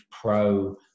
pro